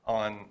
on